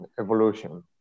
evolution